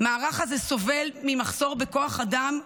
המערך הזה סובל ממחסור מהותי בכוח אדם.